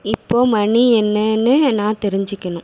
இப்போ மணி என்னனு நான் தெரிஞ்சுக்கணும்